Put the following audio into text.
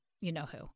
you-know-who